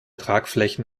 tragflächen